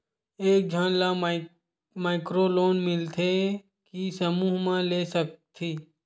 एक झन ला माइक्रो लोन मिलथे कि समूह मा ले सकती?